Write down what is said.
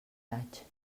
vaig